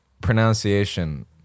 pronunciation